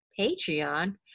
Patreon